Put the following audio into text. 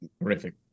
Terrific